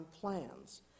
plans